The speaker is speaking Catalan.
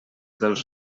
dels